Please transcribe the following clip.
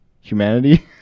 humanity